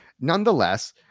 Nonetheless